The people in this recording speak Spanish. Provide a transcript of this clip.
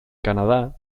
canadá